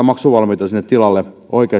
maksuvalmiutta tilalle